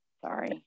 Sorry